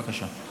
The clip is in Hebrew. בבקשה.